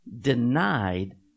denied